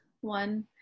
one